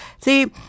See